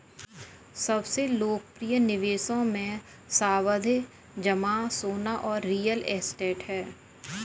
सबसे लोकप्रिय निवेशों मे, सावधि जमा, सोना और रियल एस्टेट है